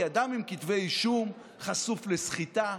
כי אדם עם כתבי אישום חשוף לסחיטה,